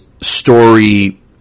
story